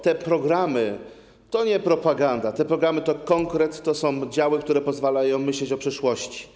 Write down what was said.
Te programy to nie propaganda, te programy to konkret, to są działy, które pozwalają myśleć o przyszłości.